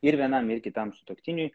ir vienam ir kitam sutuoktiniui